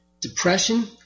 Depression